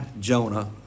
Jonah